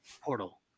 portal